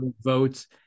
votes